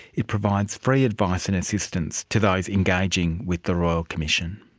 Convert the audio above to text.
it provides free advice and assistance to those engaging with the royal commission.